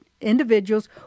individuals